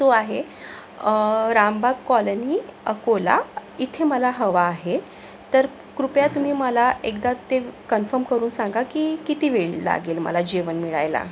तो आहे रामबाग कॉलनी अकोला इथे मला हवं आहे तर कृपया तुम्ही मला एकदा ते कन्फम करून सांगा की किती वेळ लागेल मला जेवण मिळायला